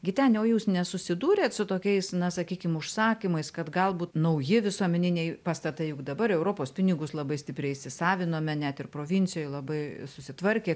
giteni o jūs nesusidūrėt su tokiais na sakykim užsakymais kad galbūt nauji visuomeniniai pastatai juk dabar europos pinigus labai stipriai įsisavinome net ir provincijoj labai susitvarkė